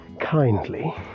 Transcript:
kindly